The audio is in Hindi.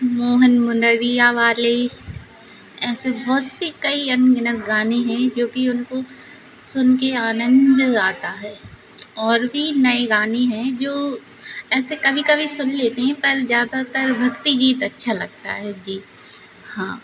मोहन मुन्दरिया वाले ऐसे बहुत से कई अनगिनत गाने हैं जोकि उनको सुनकर आनन्द आता है और भी नए गाने हैं जो ऐसे कभी कभी सुन लेती हूँ पर ज़्यादातर भक्ति गीत अच्छा लगता है जी हाँ